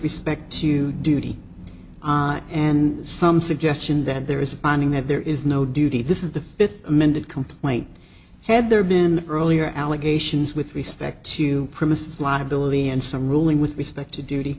respect to duty and some suggestion that there is a finding that there is no duty this is the fifth amended complaint had there been earlier allegations with respect to premises liability and some ruling with respect to duty